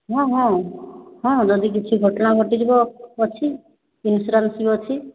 ହଁ ହଁ ହଁ ଯଦି କିଛି ଘଟଣା ଘଟିଯିବ ଅଛି ଇସ୍ନୁରାନ୍ସ ବି ଅଛି